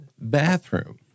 bathroom